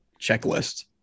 checklist